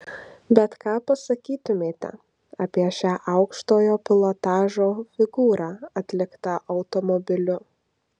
bet ką pasakytumėte apie šią aukštojo pilotažo figūrą atliktą automobiliu